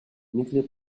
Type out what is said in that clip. nuclear